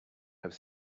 have